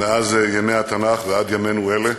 מאז ימי התנ"ך ועד ימינו אלה.